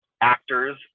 actors